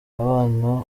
abana